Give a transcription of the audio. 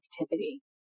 activity